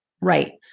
Right